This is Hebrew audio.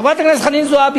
חברת הכנסת זועבי,